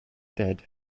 dead